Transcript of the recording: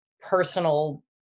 personal